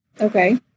Okay